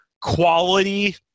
quality